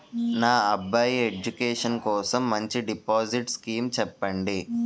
నా అబ్బాయి ఎడ్యుకేషన్ కోసం మంచి డిపాజిట్ స్కీం చెప్పండి